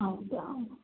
ಹೌದಾ